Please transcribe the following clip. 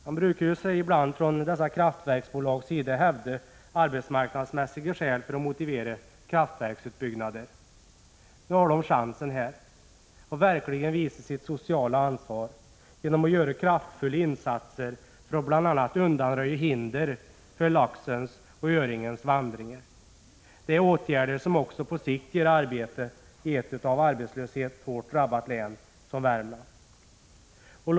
Dessa kraftverksbolag brukar ibland hävda arbetsmarknadsmässiga skäl för att motivera kraftverksutbyggnader. Här har de nu chansen att verkligen visa sitt sociala ansvar genom att göra kraftfulla insatser för att bl.a. undanröja hinder för laxens och öringens vandringar. Det är åtgärder som också på sikt ger arbeten i ett av arbetslöshet så hårt drabbat län som Värmland.